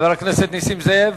חבר הכנסת נסים זאב.